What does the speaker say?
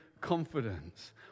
confidence